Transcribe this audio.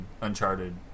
Uncharted